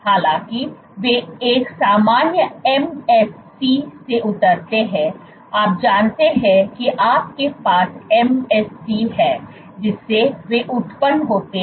हालांक वे एक सामान्य MSC से उतरते हैं आप जानते हैं कि आपके पास MSC है जिससे वे उत्पन्न होते हैं